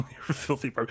filthy